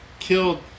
Killed